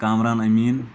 Kamran Amin